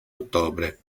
ottobre